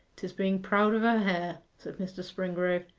tis being proud of her hair said mr. springrove.